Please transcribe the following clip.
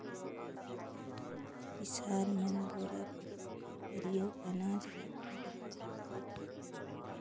किसान मन बोरा कर परियोग अनाज राखे बर करथे